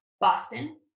Boston